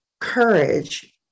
courage